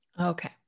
Okay